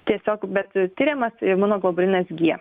tiesiog bet tiriamas imunoglobulinas gie